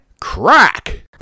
crack